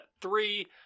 three